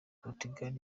portugal